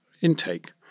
intake